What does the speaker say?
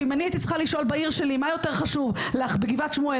ואם אני הייתי צריכה לשאול בעיר שלי בגבעת שמואל,